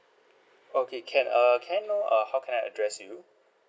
okay can uh can I know uh how can I address you